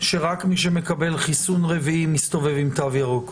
שרק מי שמקבל חיסון רביעי מסתובב עם תו ירוק.